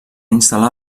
instal·lar